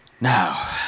Now